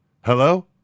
Hello